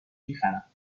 میخرم